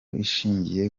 ishingiye